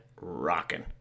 rocking